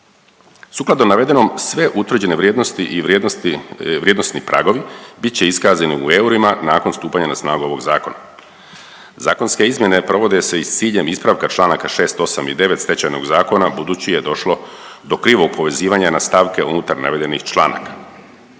Sukladno navedenom sve utvrđene vrijednosti i vrijednosni pragovi bit će iskazani u eurima nakon stupanja na snagu ovog zakona. Zakonske izmjene provode se i s ciljem ispravka članaka 6., 8. i 9. Stečajnog zakona budući je došlo do krivog povezivanja na stavke unutar navedenih članaka.